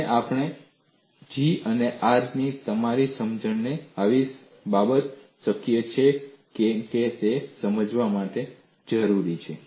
અને આપણે G અને R ની અમારી સમજણથી આવી બાબત શક્ય છે કે કેમ તે સમજાવવાની જરૂર છે